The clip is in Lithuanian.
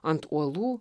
ant uolų